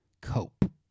cope